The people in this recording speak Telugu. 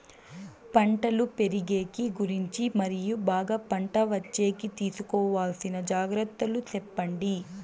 పంటలు పెరిగేకి గురించి మరియు బాగా పంట వచ్చేకి తీసుకోవాల్సిన జాగ్రత్త లు సెప్పండి?